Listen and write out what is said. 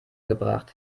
gebracht